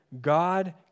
God